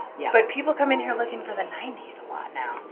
yeah. but people come in here looking for the ninety s a lot now!